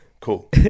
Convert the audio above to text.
cool